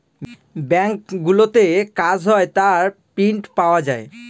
ব্যাঙ্কগুলোতে কাজ হয় তার প্রিন্ট পাওয়া যায়